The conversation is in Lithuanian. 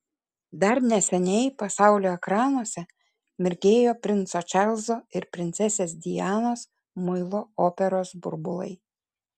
dar neseniai pasaulio ekranuose mirgėjo princo čarlzo ir princesės dianos muilo operos burbulai